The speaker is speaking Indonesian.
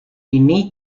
ini